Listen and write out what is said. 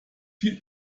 viel